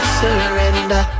surrender